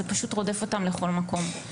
זה פשוט רודף אותם לכל מקום.